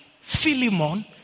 Philemon